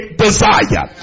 desire